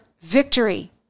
victory